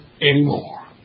anymore